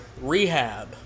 Rehab